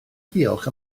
diolch